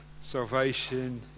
salvation